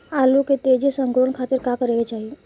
आलू के तेजी से अंकूरण खातीर का करे के चाही?